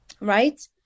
right